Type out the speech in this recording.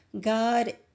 God